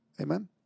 Amen